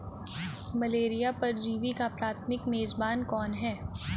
Malaria परजीवी का प्राथमिक मेजबान कौन है?